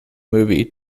movie